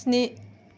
स्नि